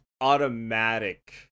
automatic